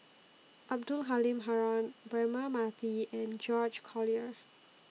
Abdul Halim Haron Braema Mathi and George Collyer